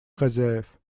хозяев